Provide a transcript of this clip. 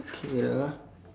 okay ah